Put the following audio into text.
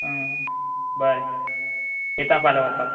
बरें येता फाल्या व्हरपाक